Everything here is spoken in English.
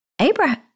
Abraham